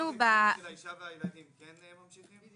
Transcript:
התגמולים של האישה והילדים כן ממשיכים?